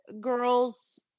girls